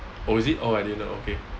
oh is it oh I didn't know okay